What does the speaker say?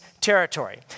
territory